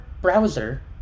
browser